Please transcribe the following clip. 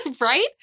Right